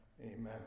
amen